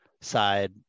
side